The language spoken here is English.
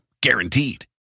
guaranteed